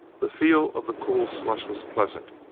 the feel of the cool slush was pleasant,